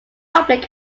public